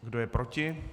Kdo je proti?